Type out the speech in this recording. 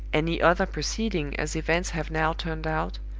any other proceeding, as events have now turned out,